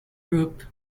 group